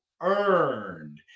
earned